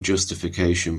justification